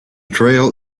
trail